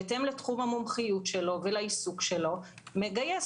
בהתאם לתחום המומחיות שלו ולעיסוק שלו מגייס